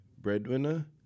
breadwinner